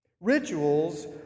Rituals